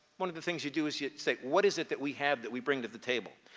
one of the things you do is you say what is it that we have that we bring to the table?